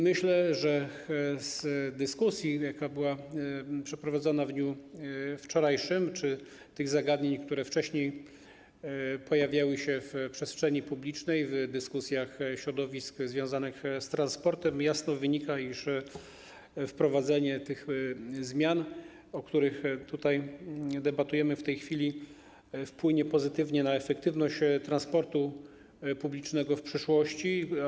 Myślę, że z dyskusji, jaka była przeprowadzona w dniu wczorajszym, i z zagadnień, które wcześniej pojawiały się w przestrzeni publicznej, w dyskusjach środowisk związanych z transportem, jasno wynika, iż wprowadzenie tych zmian, o których w tej chwili debatujemy, wpłynie pozytywnie na efektywność transportu publicznego w przyszłości.